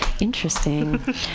Interesting